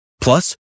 Plus